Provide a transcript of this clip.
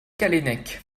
callennec